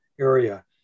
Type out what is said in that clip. area